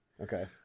Okay